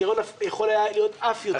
הגרעון יכול היה להיות אף יותר גבוה.